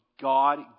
God